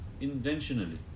Intentionally